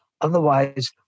Otherwise